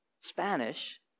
Spanish